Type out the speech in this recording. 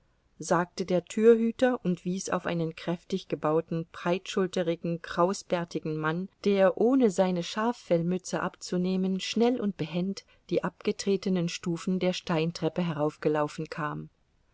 sagte der türhüter und wies auf einen kräftig gebauten breitschulterigen krausbärtigen mann der ohne seine schaffellmütze abzunehmen schnell und behend die abgetretenen stufen der steintreppe heraufgelaufen kam